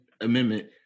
Amendment